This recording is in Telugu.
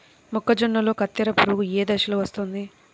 మొక్కజొన్నలో కత్తెర పురుగు ఏ దశలో వస్తుంది?